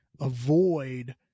avoid